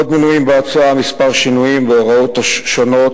עוד מנויים בהצעה כמה שינויים בהוראות שונות